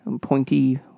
pointy